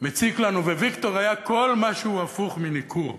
מציק לנו, וויקטור היה כל מה שהוא הפוך מניכור: